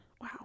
Wow